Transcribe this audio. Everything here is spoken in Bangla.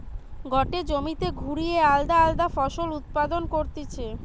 গটে জমিতে ঘুরিয়ে আলদা আলদা ফসল উৎপাদন করতিছে